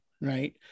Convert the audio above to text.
right